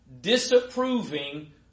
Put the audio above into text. disapproving